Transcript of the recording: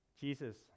Jesus